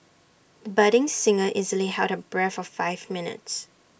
the budding singer easily held her breath for five minutes